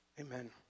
amen